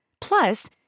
Plus